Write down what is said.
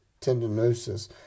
tendinosis